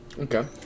Okay